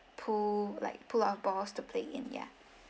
pool like pool of balls to play in yeah